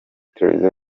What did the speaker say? televiziyo